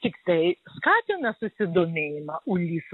tiktai skatina susidomėjimą ulisu